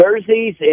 jerseys